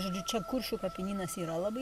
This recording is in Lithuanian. žodžiu čia kuršų kapinynas yra labai